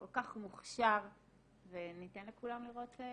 כל כך מוכשר וניתן לכולם לראות בעצמם.